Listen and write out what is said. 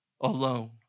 alone